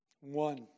One